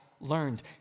learned